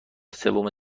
سوم